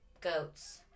goats